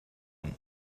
him